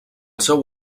seu